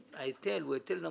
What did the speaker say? זה הרבה יותר,